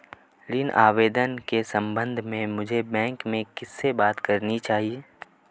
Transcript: ऋण आवेदन के संबंध में मुझे बैंक में किससे बात करनी चाहिए?